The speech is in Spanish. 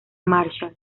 marshall